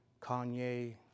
Kanye